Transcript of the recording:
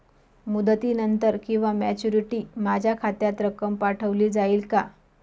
मुदतीनंतर किंवा मॅच्युरिटी माझ्या खात्यात रक्कम पाठवली जाईल का?